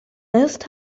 ist